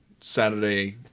Saturday